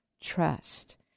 trust